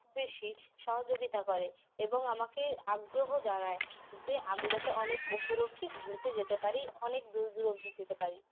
খুব বেশি সহযোগিতা করে এবং আমাকে আগ্রহ জাগায় যে আমি যাতে অনেক উপর অবধি ঘুরতে যেতে পারি অনেক দূর দূর অবধি যেতে পারি